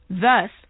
Thus